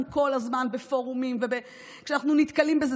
כל הזמן בפורומים וכשאנחנו נתקלים בזה.